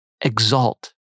exalt